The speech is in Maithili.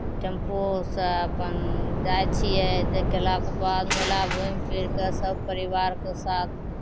टेम्पूसे अपन जाइ छियै जे गेलाके बाद मेला घुमि फिरि कऽ सभ परिवारके साथ